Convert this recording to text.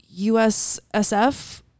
USSF